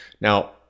Now